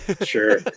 Sure